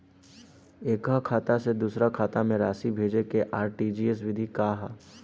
एकह खाता से दूसर खाता में राशि भेजेके आर.टी.जी.एस विधि का ह?